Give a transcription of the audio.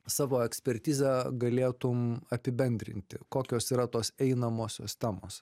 savo ekspertizę galėtum apibendrinti kokios yra tos einamosios temos